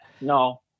No